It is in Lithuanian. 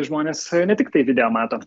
žmonės ne tiktai video mato